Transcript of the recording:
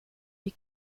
wie